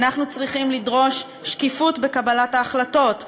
אנחנו צריכים לדרוש שקיפות בקבלת ההחלטות,